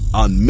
on